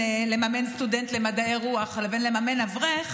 לממן סטודנט למדעי הרוח לבין לממן אברך,